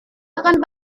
akan